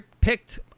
picked